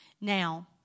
Now